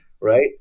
right